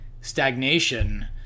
stagnation